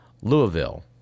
Louisville